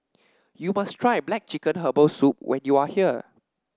you must try black chicken Herbal Soup when you are here